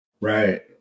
Right